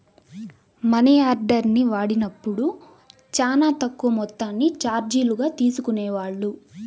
మనియార్డర్ని వాడినప్పుడు చానా తక్కువ మొత్తాన్ని చార్జీలుగా తీసుకునేవాళ్ళు